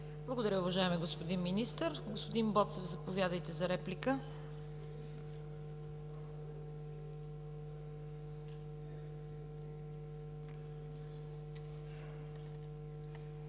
Благодаря, уважаеми господин Министър. Господин Боцев, заповядайте за реплика.